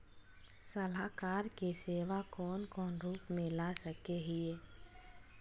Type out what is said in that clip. सलाहकार के सेवा कौन कौन रूप में ला सके हिये?